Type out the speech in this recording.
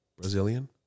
Brazilian